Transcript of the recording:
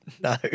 No